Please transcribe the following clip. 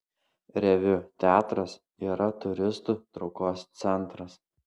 reviu teatras yra turistų traukos centras